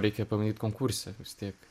reikia pabandyt konkurse vis tiek